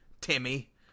Timmy